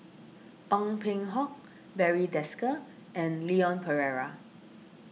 Ong Peng Hock Barry Desker and Leon Perera